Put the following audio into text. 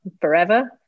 forever